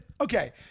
Okay